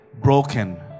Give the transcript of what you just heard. Broken